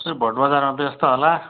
सबै भोट बजारमा व्यस्त होला